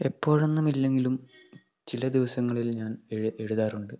എപ്പോഴും ഒന്നുമില്ലെങ്കിലും ചില ദിവസങ്ങളിൽ ഞാൻ എഴുതാറുണ്ട്